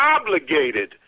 obligated